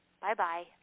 Bye-bye